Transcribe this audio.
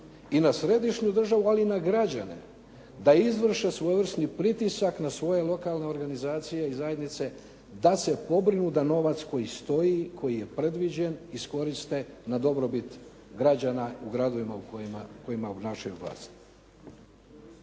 i na središnju državu ali i na građane da izvrše svojevrsni pritisak na svoje lokalne organizacije i zajednice da se pobrinu da novac koji stoji, koji je predviđen iskoriste na dobrobit građana u gradovima u kojima obnašaju vlast.